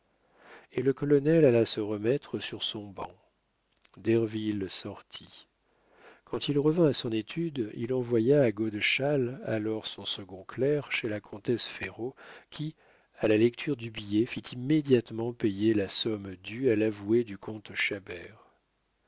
et le colonel alla se remettre sur son banc derville sortit quand il revint à son étude il envoya godeschal alors son second clerc chez la comtesse ferraud qui à la lecture du billet fit immédiatement payer la somme due à l'avoué du comte